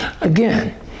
Again